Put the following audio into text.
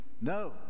No